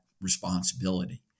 responsibility